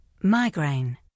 migraine